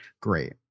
great